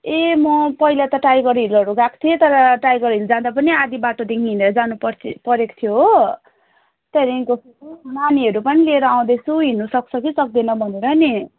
ए म पहिला त टाइगर हिलहरू गएको थिएँ तर टाइगर हिल जाँदा पनि आधि बाटोदेखि हिँडेर पर्थ्यो परेको थियो हो त्यहाँदेखिको नानीहरू पनि ल्याएर आउँदैछु हिँड्नु सक्छ कि सक्दैन भनेर नि